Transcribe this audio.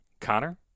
Connor